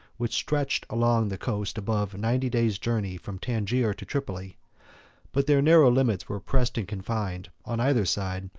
which stretched along the coast above ninety days' journey from tangier to tripoli but their narrow limits were pressed and confined, on either side,